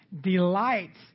delights